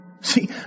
See